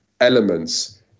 elements